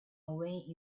way